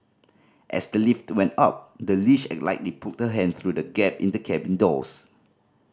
as the lift went up the leash likely pulled her hand through the gap in the cabin doors